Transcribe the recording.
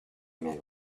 met